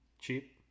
cheap